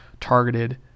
targeted